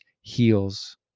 heals